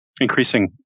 increasing